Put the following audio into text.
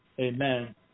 Amen